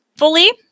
Fully